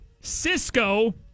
Cisco